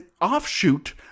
offshoot